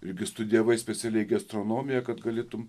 irgi studijavai specialiai gi astronomiją kad galėtum